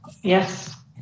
Yes